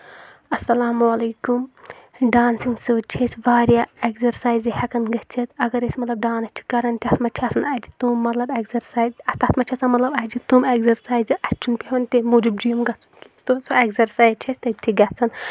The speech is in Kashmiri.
اَسلام علیکُم ڈانسِنگ سۭتۍ چھِ أسۍ واریاہ ایٚگزرسایزٕ ہٮ۪کان گٔژھِتھ اَگر أسۍ مطلب ڈانٕس چھِ کران تَتھ منٛز چھِ آسان اَتہِ تِم مطلب اٮ۪گزرسایز تَتھ منٛز چھُ آسان مطلب اَتہِ تِم ایٚگزرسایزٕ اَسہِ چھُنہٕ پیٚوان تَمہِ موٗجوٗب جم گژھُن کیٚنٛہہ سُہ اٮ۪گزرسایِز چھِ أسۍ تٔتھی گژھان